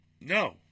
No